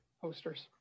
posters